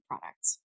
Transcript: products